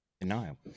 denial